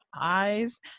eyes